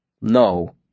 No